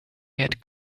had